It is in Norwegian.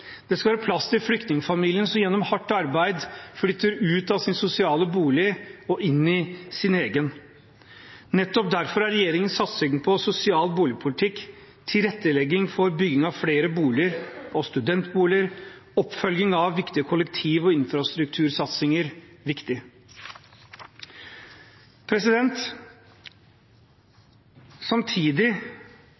Det skal være plass til flyktningfamilien som gjennom hardt arbeid flytter ut av sin sosiale bolig og inn i sin egen. Nettopp derfor er regjeringens satsing på sosial boligpolitikk, tilrettelegging for bygging av flere boliger og studentboliger og oppfølging av viktige kollektiv- og infrastruktursatsinger viktig.